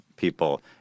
People